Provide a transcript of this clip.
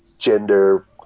gender